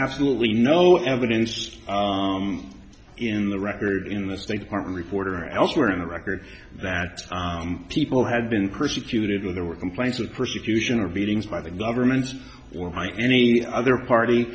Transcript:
absolutely no evidence in the record in the state department report or elsewhere in the record that people had been persecuted or there were complaints of persecution of beatings by the government or my any other party